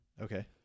okay